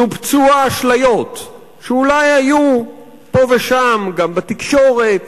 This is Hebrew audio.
נופצו האשליות שאולי היו פה ושם גם בתקשורת